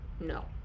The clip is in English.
no